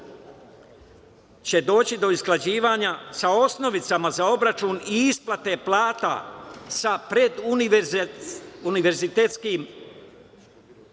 će doći do usklađivanja sa osnovicama za obračun i isplate plata sa preduniverzitetskim